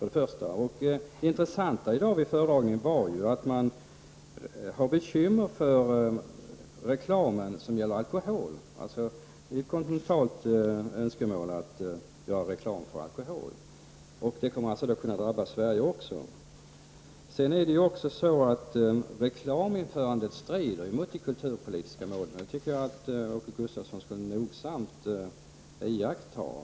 Det intressanta vid föredragningen var att man har bekymmer med den reklam som gäller alkohol. Det finns ett kontinentalt önskemål om att göra reklam för alkohol. Det kommer att kunna drabba också Sverige. Reklaminförandet strider mot de kulturpolitiska målen. Jag tycker att Åke Gustavsson nogsamt skall tänka på detta.